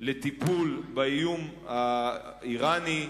לטיפול באיום האירני.